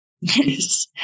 Yes